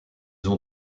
ont